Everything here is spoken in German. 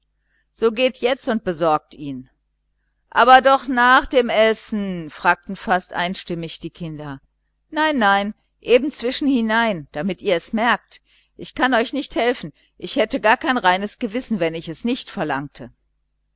so geht jetzt und besorgt ihn aber doch nach dem essen fragte fast einstimmig der kinderchor nein nein eben zwischen hinein damit ihr es merkt ich kann euch nicht helfen ich hätte gar kein gutes gewissen wenn ich es nicht verlangte